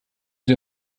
sie